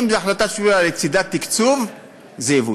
אם זאת החלטה שלצדה תקצוב, זה יבוצע.